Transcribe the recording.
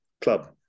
club